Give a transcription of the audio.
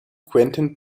quentin